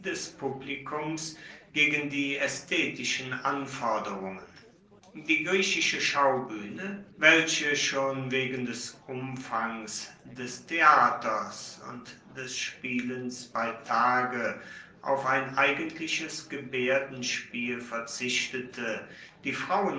publikums gegen die aesthetischen anforderungen die griechische schaubuehne welche schon wegen des umfangs des theaters und des spielens bei tage auf ein eigentliches gebaerdenspiel verzichtete die